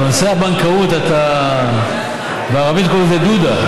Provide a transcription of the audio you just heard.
בנושא הבנקאות, אתה, בערבית קוראים לזה דוּדה.